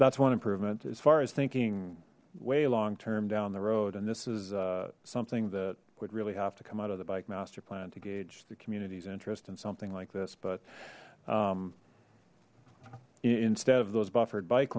that's one improvement as far as thinking way long term down the road and this is something that would really have to come out of the bike master plan to gauge the community's interest in something like this but instead of those buffered bike